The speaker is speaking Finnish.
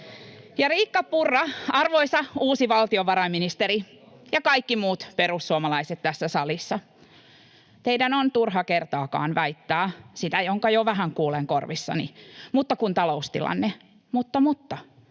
Riikka Purra, arvoisa uusi valtiovarainministeri, ja kaikki muut perussuomalaiset tässä salissa, teidän on turha kertaakaan väittää sitä, jonka jo vähän kuulen korvissani: Mutta kun taloustilanne. Mutta, mutta.